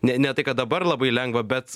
ne ne tai kad dabar labai lengva bet